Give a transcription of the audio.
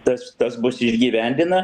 tas tas bus išgyvendina